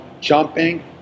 jumping